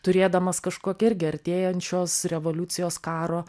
turėdamas kažkokią irgi artėjančios revoliucijos karo